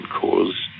cause